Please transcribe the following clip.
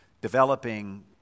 developing